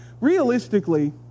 Realistically